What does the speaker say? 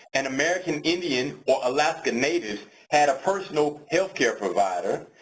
and american indian or alaskan natives had a personal health care provider.